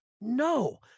No